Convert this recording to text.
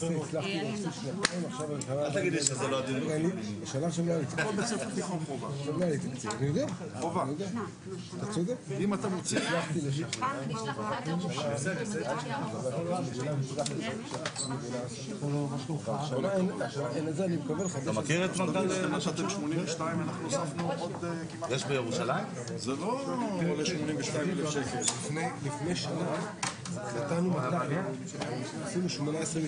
בשעה